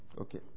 Okay